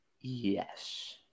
Yes